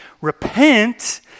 Repent